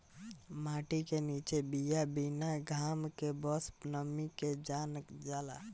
माटी के निचे बिया बिना घाम के बस नमी से जाम जाला